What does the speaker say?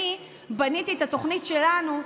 אני בניתי את התוכנית שלנו,